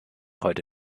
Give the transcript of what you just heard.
heute